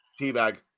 teabag